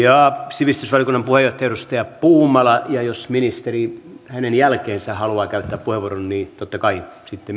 sivistysvaliokunnan puheenjohtaja edustaja puumala ja jos ministeri hänen jälkeensä haluaa käyttää puheenvuoron niin totta kai